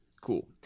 Cool